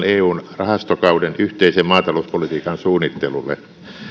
eun tulevan rahastokauden yhteisen maatalouspolitiikan suunnittelulle